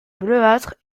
bleuâtre